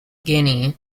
guinea